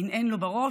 הנהן לו בראש,